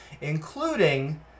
including